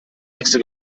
hexe